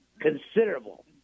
considerable